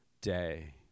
day